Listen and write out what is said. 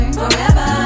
forever